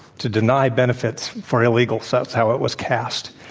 to deny benefits for illegals. that's how it was cast,